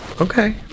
Okay